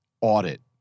audit